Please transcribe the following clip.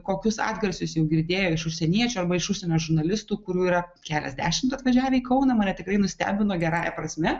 kokius atgarsius jau girdėjo iš užsieniečio iš užsienio žurnalistų kurių yra keliasdešimt atvažiavę į kauną mane tikrai nustebino gerąja prasme